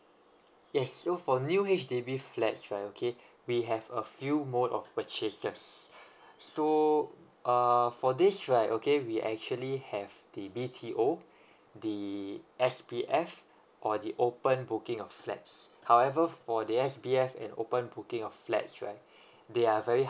yes so for new H_D_B flats right okay we have a few mode of purchases so uh for this right okay we actually have the B_T_) the S_P_F or the open booking of flats however for the S_P_F and the open booking of flats right they are very